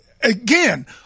again